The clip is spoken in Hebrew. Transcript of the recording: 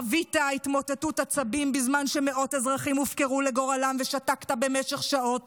חווית התמוטטות עצבים בזמן שמאות אזרחים הופקרו לגורלם ושתקת במשך שעות.